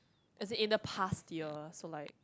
as in in the past year so like